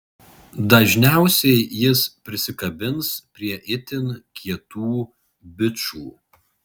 dažniausiai jis prisikabins prie itin kietų bičų